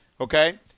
okay